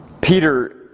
peter